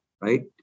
right